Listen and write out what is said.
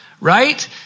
right